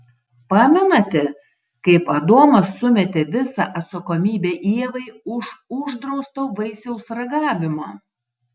pamenate kaip adomas sumetė visą atsakomybę ievai už uždrausto vaisiaus ragavimą